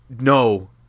No